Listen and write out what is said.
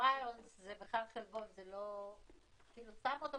זום זה זום, זה יפה,